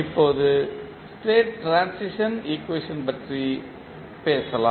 இப்போது state transition equation பற்றி பேசலாம்